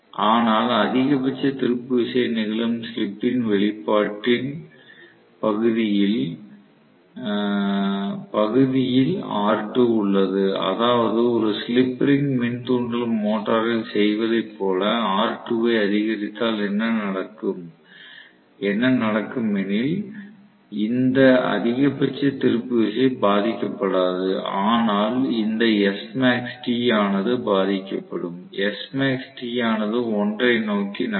ஆனால் அதிகபட்ச திருப்பு விசை நிகழும் ஸ்லிப் ன் வெளிப்பாட்டின் பகுதியில் R2 உள்ளது அதாவது ஒரு ஸ்லிப் ரிங் மின் தூண்டல் மோட்டாரில் செய்வதை போல R2 ஐ அதிகரித்தால் என்ன நடக்கும் எனில் இந்த அதிகபட்ச திருப்பு விசை பாதிக்கப்படாது ஆனால் இந்த SmaxT ஆனது பாதிக்கப்படும் SmaxT ஆனது 1 ஐ நோக்கி நகரும்